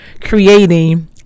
creating